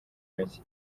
mike